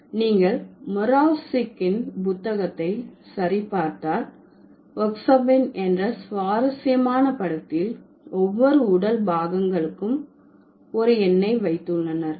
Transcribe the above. நீங்கள் மொராவ்சிக்கின் இன் புத்தகத்தை சரி பார்த்தால் ஒக்ஸாப்மின் என்ற சுவாரஸ்யமான படத்தில் ஒவ்வொரு உடல் பாகங்களுக்கும் ஒரு எண்னை வைத்துள்ளனர்